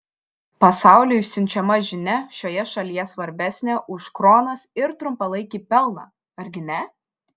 pasauliui siunčiama žinia šioje šalyje svarbesnė už kronas ir trumpalaikį pelną argi ne